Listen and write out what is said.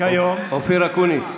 אופיר אקוניס.